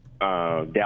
Dallas